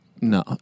No